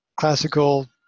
classical